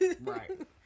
Right